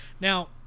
Now